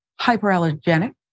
Hyperallergenic